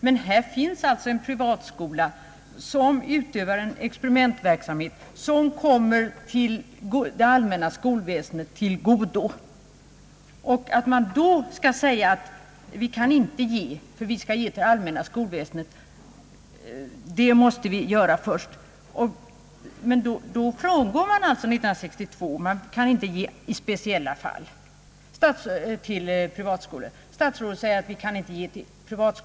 Man här finns alltså en privatskola som utövar en experimentverksamhet, vars resultat kommer det allmänna skolväsendet till godo. Att då säga att vi inte kan ge några pengar till den skolan och att vi först skall ge pengarna till det allmänna skolväsendet innebär att man frångår principen från 1962, att i speciella fall bidrag skulle kunna ges till privatskola. Statsrådet säger att privatskolorna inte kan få bidrag.